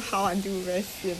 anywhere lah